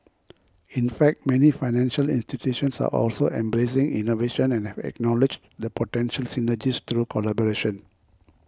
in fact many financial institutions are also embracing innovation and have acknowledged the potential synergies through collaboration